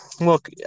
Look